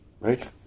right